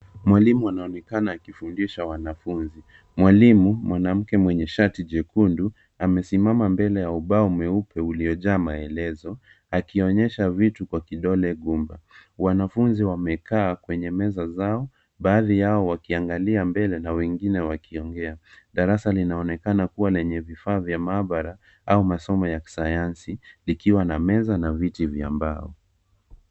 Mwalimu anaonekana akifundisha wanafunzi. Mwalimu mwanamke mwenye shati jekundu amesimama mbele ya ubao mwepe uliojaa maelezo akionyesha vitu kwa kidole gumba. Wanafunzi wamekaa kwenye meza zao baadhi yao wakiangalia mbele na wengine wakiongea. Darasa linaonekana kuwa lenye vifaa vya maabara au masomo ya Kisayansi likiwa na meza na viti vya mbao.